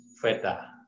Feta